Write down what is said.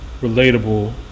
relatable